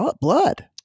blood